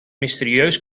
mysterieus